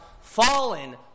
Fallen